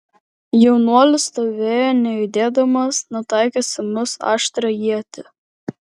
jaunuolis stovėjo nejudėdamas nutaikęs į mus aštrią ietį